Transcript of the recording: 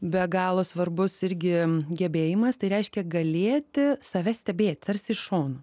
be galo svarbus irgi gebėjimas tai reiškia galėti save stebėt tarsi iš šono